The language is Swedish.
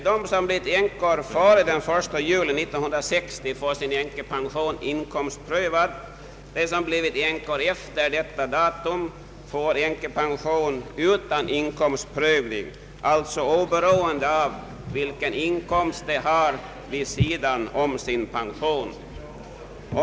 Den som blivit änka före den 1 juli 1960 får sin änkepension inkomstprövad, medan den som blivit änka efter detta datum får sin änkepension utan inkomstprövning, alltså oberoende av vilken inkomst hon kan ha vid sidan om sin pension.